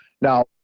now